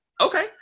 Okay